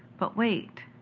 but wait.